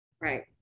Right